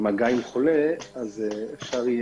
ממגע עם חולה אז אפשר יהיה